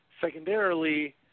Secondarily